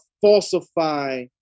falsify